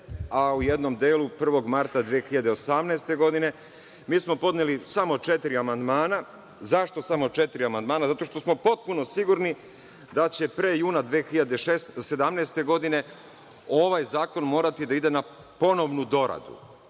a u jednom delu 1. marta 2018. godine. Podneli smo samo četiri amandmana. Zašto samo četiri amandmana? Zato što smo potpuno sigurni da će pre juna 2017. godine ovaj zakon morati da ide na ponovnu doradu.